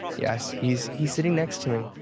yes, he's he's sitting next to me.